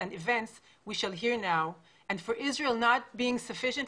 והחברתיים שנשמע היום והעובדה שישראל אינה ערוכה